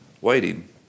Waiting